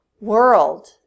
world